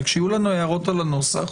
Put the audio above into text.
וכשיהיו לנו הערות על הנוסח